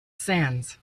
sands